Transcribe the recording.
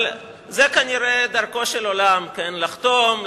אבל זו כנראה דרכו של עולם: לחתום,